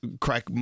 crack